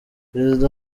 perezida